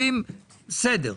בסדר,